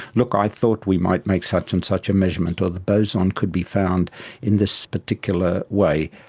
look, i thought we might make such and such a measurement, or the boson could be found in this particular way.